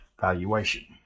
valuation